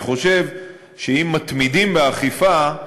אני חושב שאם מתמידים באכיפה,